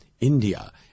India